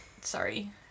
Sorry